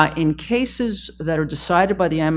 ah in cases that are decided by the um